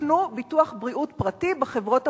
תקנו ביטוח בריאות פרטי בחברות הפרטיות,